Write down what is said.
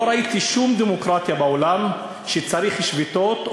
לא ראיתי שום דמוקרטיה בעולם שצריך לקיים בה שביתות,